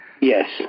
Yes